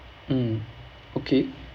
mm okay